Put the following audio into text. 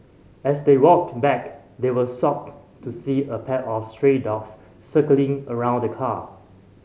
as they walked back they were socked to see a pack of stray dogs circling around the car